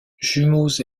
jumeaux